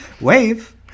wave